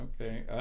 Okay